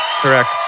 correct